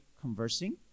conversing